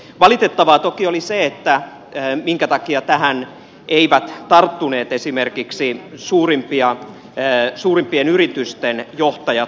valitettavaa toki oli se että tähän eivät tarttuneet esimerkiksi suurimpien yritysten johtajat vahvemmin